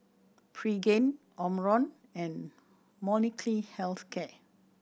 Pregain Omron and Molnylcke Health Care